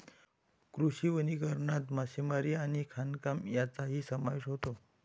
कृषी वनीकरणात मासेमारी आणि खाणकाम यांचाही समावेश होतो